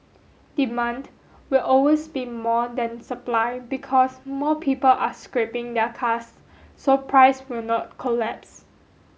demand will always be more than supply because more people are scrapping their cars so price will not collapse